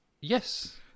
Yes